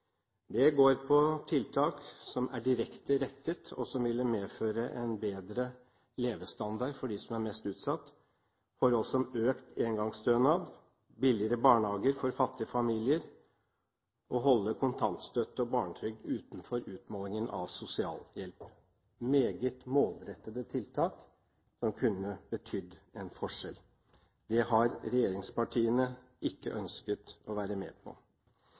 Det går på direkte målrettede tiltak, som vil medføre en bedre levestandard for dem som er mest utsatt: økt engangsstønad, billigere barnehager for fattige familier, holde kontantstøtte og barnetrygd utenfor utmålingen av sosialhjelp – meget målrettede tiltak som kunne betydd en forskjell. Det har regjeringspartiene ikke ønsket å være med på.